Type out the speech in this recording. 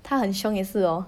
他很凶也是 hor